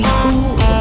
cool